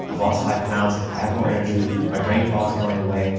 i've lost five pounds, i have more energy, my brain fog's going away,